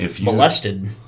molested